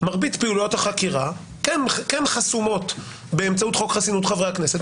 מרבית פעולות החקירה כן חסומות באמצעות חוק חסינות חברי הכנסת,